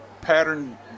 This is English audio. pattern